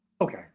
Okay